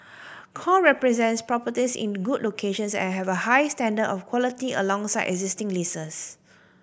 core represents properties in good locations and have a high standard of quality alongside existing leases